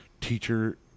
Teacher